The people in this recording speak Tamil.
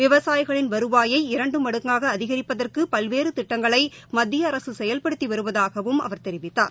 விவசாயிகளின் வருவாயை இரண்டு மடங்காகஅதிகரிட்டதற்குபல்வேறுதிட்டங்களைமத்தியஅரசுசெயல்படுத்திவருவதாகவும் அவர் தெரிவித்தார்